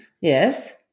Yes